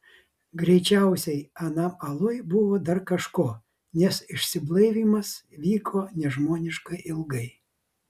greičiausiai anam aluj buvo dar kažko nes išsiblaivymas vyko nežmoniškai ilgai